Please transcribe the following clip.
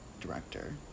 director